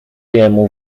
jemu